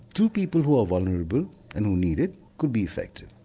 to people who are vulnerable and who need it could be effective.